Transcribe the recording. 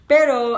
Pero